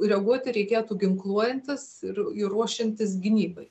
reaguoti reikėtų ginkluojantis ir ir ruošiantis gynybai